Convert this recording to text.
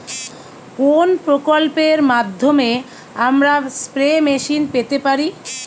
কোন প্রকল্পের মাধ্যমে আমরা স্প্রে মেশিন পেতে পারি?